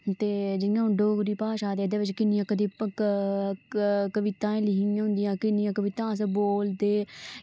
ते जि'यां एह् डोगरी भाशा ते एह्दे च किन्नियां कवितां लिखी दियां होंदियां किन्नियां कविता अस बोलदे